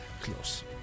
close